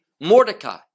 mordecai